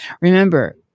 remember